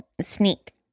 sneak